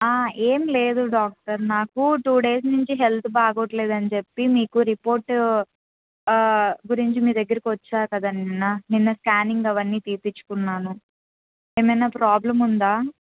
ఏం లేదు డాక్టర్ నాకు టూ డేస్ నుంచి హెల్త్ బాగా లేదని చెప్పి మీకు రిపోర్టు గురించి మీ దగ్గరకి వచ్చాను కదా నిన్న నిన్న స్కానింగ్ అవన్నీ తీయించుకున్నాను ఏమైనా ప్రాబ్లెమ్ ఉందా